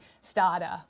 starter